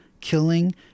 killing